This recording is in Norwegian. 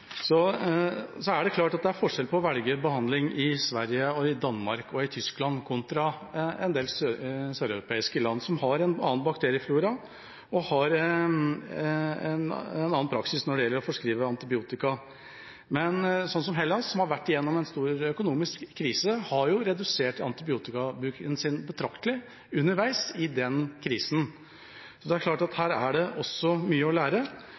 Så vi har noe å lære, og det handler blant annet om samarbeid. Det er klart at det er forskjell på å velge behandling i Sverige, Danmark og Tyskland kontra en del søreuropeiske land, som har en annen bakterieflora og en annen praksis når det gjelder å forskrive antibiotika. Men Hellas, som har vært igjennom en stor økonomisk krise, har redusert antibiotikabruken sin betraktelig underveis i denne krisen. Det er klart at her er det mye å lære.